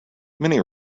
many